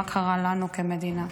מה קרה לנו כמדינה.